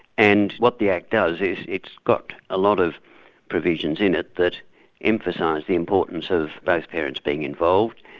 and what the act does is it's got a lot of provisions in it, that emphasise the importance of both parents being involved,